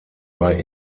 bei